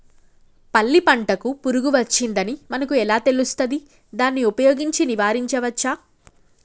పల్లి పంటకు పురుగు వచ్చిందని మనకు ఎలా తెలుస్తది దాన్ని ఉపయోగించి నివారించవచ్చా?